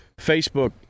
Facebook